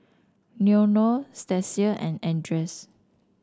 Leonore Stasia and Andres